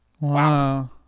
Wow